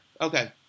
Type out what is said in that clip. Okay